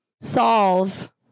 solve